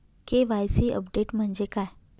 KYC update म्हणजे काय?